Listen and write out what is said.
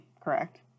correct